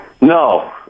No